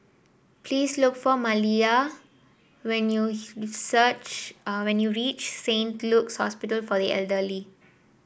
please look for Maliyah when you search ah when you reach Saint Luke's Hospital for the Elderly